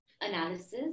analysis